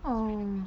!wah!